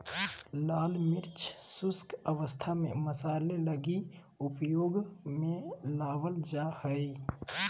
लाल मिर्च शुष्क अवस्था में मसाले लगी उपयोग में लाबल जा हइ